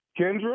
Kendra